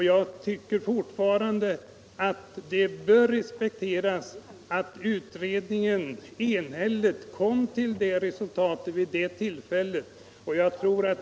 Jag tycker fortfarande att det bör respekteras att utredningen enhälligt kom till detta resultat vid det tillfället.